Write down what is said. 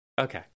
Okay